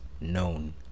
known